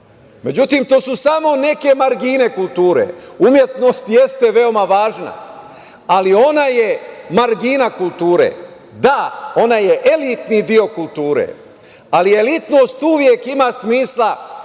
kulturi.Međutim, to su samo neke margine kulture. Umetnost jeste veoma važna, ali ona je margina kulture. Da, ona je elitni deo kulture, ali elitnost uvek ima smisla